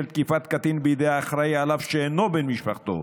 תקיפת קטין בידי האחראי לו שאינו בן משפחתו,